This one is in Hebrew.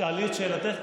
שאלי את שאלתך.